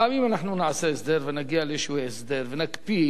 גם אם אנחנו נעשה הסדר ונגיע לאיזה הסדר ונקפיא,